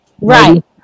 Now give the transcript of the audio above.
Right